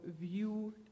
view